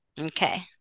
Okay